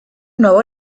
nuevo